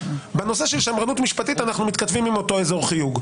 בנושא של שמרנות משפטית אנחנו מתכתבים עם אותו אזור חיוג.